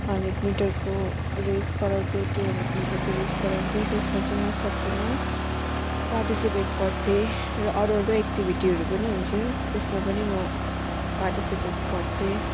hundred मिटरको race गराउँथ्यो two hundred मिटरको रेस गराउँथ्यो त्यसमा चाहिँ म सबैमा पार्टिसिपेट गर्थेँ र अरू अरू एक्टिभिटीहरू पनि हुन्थ्यो त्यसमा पनि म पार्टिसिपेट गर्थेँ